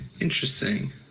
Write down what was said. interesting